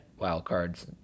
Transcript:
wildcards